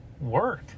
work